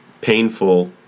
painful